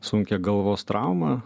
sunkią galvos traumą